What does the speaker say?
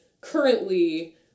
currently